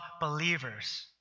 believers